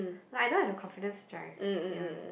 but I don't have a confidence drive